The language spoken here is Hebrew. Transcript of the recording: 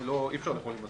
אי-אפשר לאכול עם מסכה,